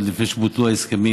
עוד לפני שבוטלו ההסכמים,